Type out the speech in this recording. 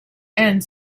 end